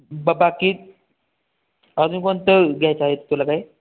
ब बाकी अजून कोणतं घ्यायचं आहेत तुला काय